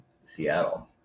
Seattle